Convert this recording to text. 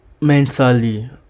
mentally